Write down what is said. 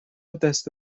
دست